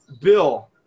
Bill